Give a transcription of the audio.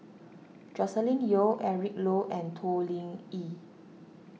Joscelin Yeo Eric Low and Toh Lingyi